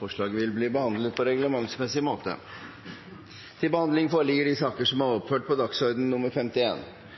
Forslaget vil bli behandlet på reglementsmessig måte.